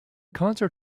concert